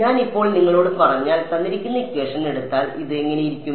ഞാൻ ഇപ്പോൾ നിങ്ങളോട് പറഞ്ഞാൽ എടുത്താൽ ഇത് എങ്ങനെയിരിക്കും